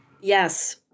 Yes